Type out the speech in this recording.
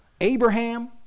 Abraham